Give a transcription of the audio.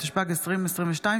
התשפ"ג 2022,